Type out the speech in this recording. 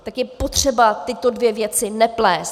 Tak je potřeba tyto dvě věci neplést.